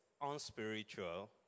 unspiritual